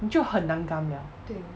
就很难 gum liao